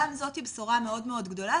גם זאת היא בשורה מאוד מאוד גדולה,